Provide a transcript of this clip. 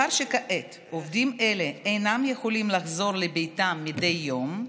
מאחר שכעת עובדים אלה אינם יכולים לחזור לביתם מדי יום,